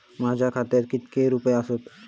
माझ्या खात्यात कितके रुपये आसत?